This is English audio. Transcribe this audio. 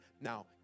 now